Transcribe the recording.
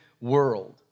world